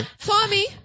Tommy